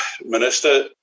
Minister